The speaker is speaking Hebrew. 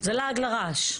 זה לעג לרש.